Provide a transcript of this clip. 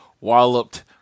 walloped